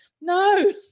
no